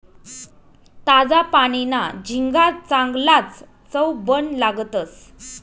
ताजा पानीना झिंगा चांगलाज चवबन लागतंस